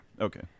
Okay